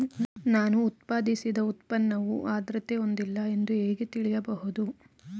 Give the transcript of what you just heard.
ನಾನು ಉತ್ಪಾದಿಸಿದ ಉತ್ಪನ್ನವು ಆದ್ರತೆ ಹೊಂದಿಲ್ಲ ಎಂದು ಹೇಗೆ ತಿಳಿಯಬಹುದು?